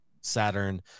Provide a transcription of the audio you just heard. Saturn